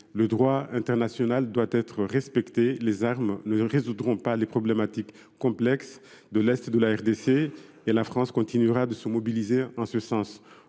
le droit international doit être respecté et les armes ne résoudront pas les problèmes complexes de l’est de la RDC. La France continuera de se mobiliser en ce sens.